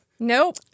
Nope